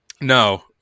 No